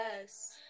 yes